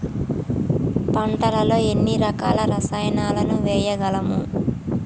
పంటలలో ఎన్ని రకాల రసాయనాలను వేయగలము?